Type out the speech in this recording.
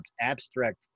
abstract